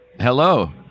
Hello